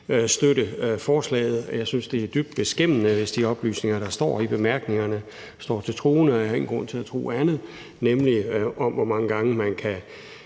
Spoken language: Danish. støtte forslaget. Jeg synes, det er dybt beskæmmende, hvis de oplysninger, der står i bemærkningerne til forslaget, står til troende – og jeg har ingen grund til at tro andet – nemlig om, hvor mange gange man kan